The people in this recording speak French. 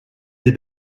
des